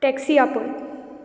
taxi आपय